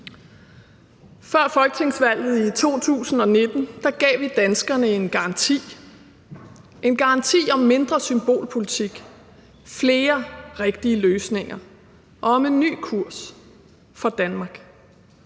Før folketingsvalget i 2019 gav vi danskerne en garanti – en garanti for mindre symbolpolitik, for flere rigtige løsninger og for en ny kurs for Danmark.